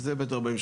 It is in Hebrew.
וזה ב/48.